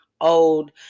old